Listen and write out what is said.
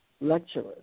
lecturers